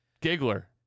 Giggler